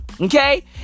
Okay